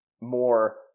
more